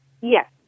Yes